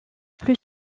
plus